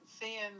seeing